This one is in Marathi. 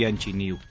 यांची नियुक्ती